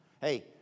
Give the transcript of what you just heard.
Hey